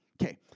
Okay